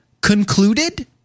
concluded